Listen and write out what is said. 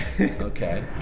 Okay